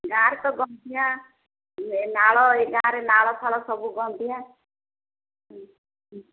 ଗାଁରେ ତ ଗନ୍ଧିଆ ନାଳ ଏଇ ଗାଁରେ ନାଳ ଫାଳ ସବୁ ଗନ୍ଧିଆ ହୁଁ